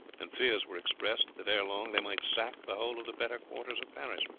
and fears were expressed that ere long they might sack the whole of the better quarters of paris.